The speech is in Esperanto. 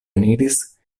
eniris